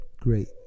great